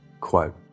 Quote